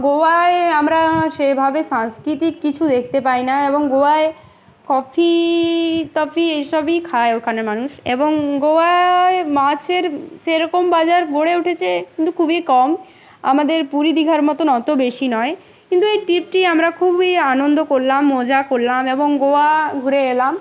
গোয়ায় আমরা সেভাবে সাংস্কৃতিক কিছু দেখতে পাই না এবং গোয়ায় কফি টফি এইসবই খায় ওখানে মানুষ এবং গোয়ায় মাছের সেরকম বাজার গড়ে উঠেছে কিন্তু খুবই কম আমাদের পুরী দীঘার মতন অতো বেশি নয় কিন্তু এই ট্রিপটি আমরা খুবই আনন্দ করলাম মজা করলাম এবং গোয়া ঘুরে এলাম